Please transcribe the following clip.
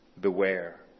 Beware